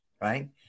right